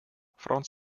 frauen